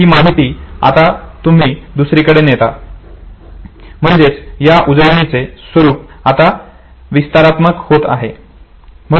ही माहिती आता तुम्ही दुसरीकडे नेता आहात म्हणजेच या उजळणीचे स्वरूप आता विस्तारात्मक होत आहे